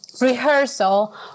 rehearsal